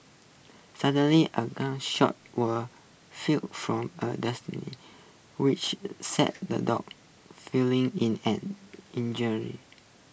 suddenly A gun shot were fired from A which sent the dogs feeling in an injury